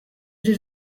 did